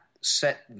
set